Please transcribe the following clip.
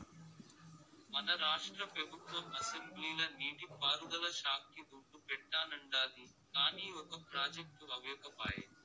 మన రాష్ట్ర పెబుత్వం అసెంబ్లీల నీటి పారుదల శాక్కి దుడ్డు పెట్టానండాది, కానీ ఒక ప్రాజెక్టు అవ్యకపాయె